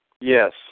Yes